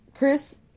Chris